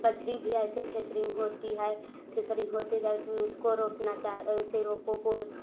बजड़ी भी ऐसे थ्रेशरिंग हो है थ्रेशरिंग होते जाए उसमें उसको रोकना चाह ऐसे ही रोको को